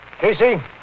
Casey